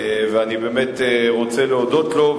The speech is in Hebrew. אני באמת רוצה להודות לו,